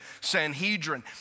Sanhedrin